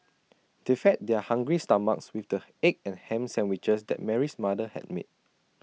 they fed their hungry stomachs with the egg and Ham Sandwiches that Mary's mother had made